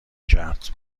کرد